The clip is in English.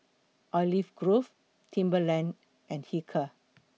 Olive Grove Timberland and Hilker